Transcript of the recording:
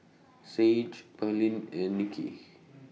Sage Pearline and Niki